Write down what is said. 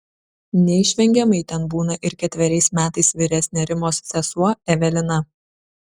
neišvengiamai ten būna ir ketveriais metais vyresnė rimos sesuo evelina